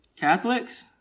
Catholics